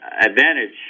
advantage